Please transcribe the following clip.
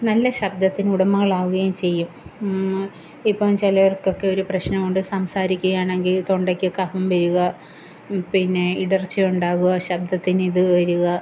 നല്ല ശബ്ദത്തിനുടമകളാവുകയും ചെയ്യും ഇപ്പം ചിലവർക്കൊക്കെ ഒരു പ്രശ്നമുണ്ട് സംസാരിക്കുകയാണെങ്കിൽ തൊണ്ടയ്ക്ക് കഫം വരുക പിന്നെ ഇടർച്ചയുണ്ടാവുക ശബ്ദത്തിനിത് വരുക